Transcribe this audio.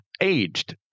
aged